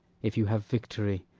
if you have victory,